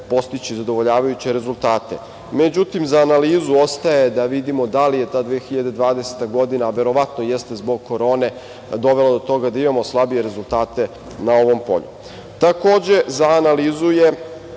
postići zadovoljavajuće rezultate.Međutim, za analizu ostaje da vidimo da li je ta 2020. godine, verovatno jeste zbog korone, dovela do toga da imamo slabije rezultate na ovom polju. Takođe, za analizu je